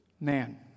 man